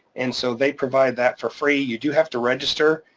and so they provide that for free. you do have to register,